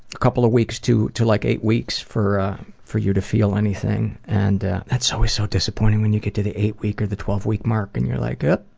a couple of weeks to to like eight weeks for for you to feel anything and that's always so disappointing when you get to the eight week or the twelve week mark and you're like, yep,